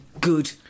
Good